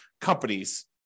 companies